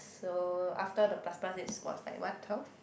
so after the plus plus is what's that what twelve